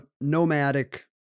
nomadic